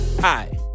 Hi